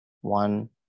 one